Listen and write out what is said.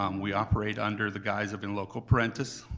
um we operate under the guise of in loco parentis,